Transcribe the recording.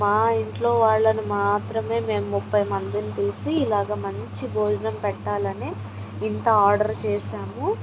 మా ఇంట్లో వాళ్ళని మాత్రమే మేము ముప్పై మందిని చూసి ఇలాగ మంచి భోజనం పెట్టాలని ఇంత ఆర్డర్ చేసాము